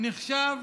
נחשב